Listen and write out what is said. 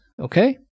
Okay